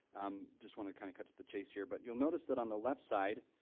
um just want to kind of cut to the chase here, but you'll notice that on the left side,